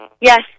Yes